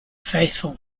faithful